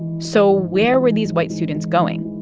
so where were these white students going?